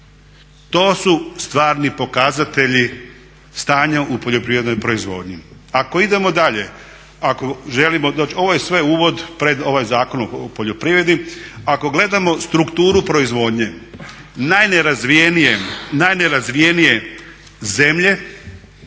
to su stvarni pokazatelji stanja u poljoprivrednoj proizvodnji. Ako idemo dalje, ako želimo doći, ovo je sve uvod pred ovaj Zakon o poljoprivredi, ako gledamo strukturu proizvodnje najnerazvijenije zemlje